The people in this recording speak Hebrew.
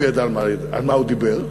הוא ידע על מה הוא מדבר.